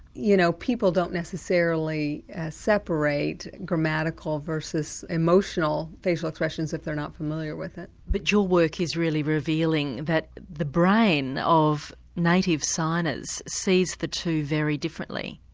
you know, people don't necessarily separate grammatical versus emotional facial expressions if they're not familiar with it. but your work is really revealing that the brain of native signers sees the two very differently.